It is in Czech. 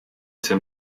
jsem